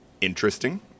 interesting